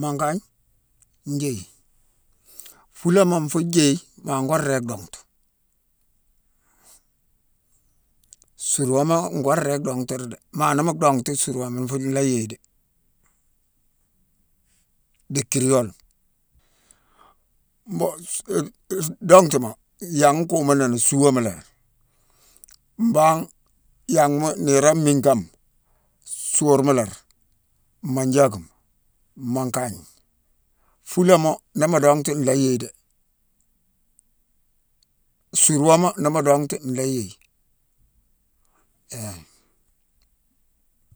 mankagne njééye; fuulama fu jééye ma ngo ringi dongtu. Surwama ngo ringi dongturi dé, ma ni mu dongtu surwama-nfu-nla yéye dé. Di kiriyolema. Mbon-su-e- e-dongtuma yangh nkumuni ni: suama laari. Mbangh yanghma-niirone miingh kama: suurma laari, manjaguma, mankagne, fuulama ni mu dongtu, nla yéye dé, surwama ni mu dongtu nlaa yéye, hiin.